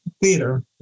theater